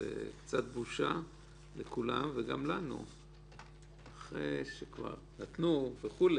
זה קצת בושה לכולם וגם לנו אחרי שכבר נתנו וכו',